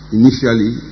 initially